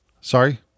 sorry